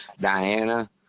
Diana